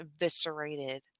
eviscerated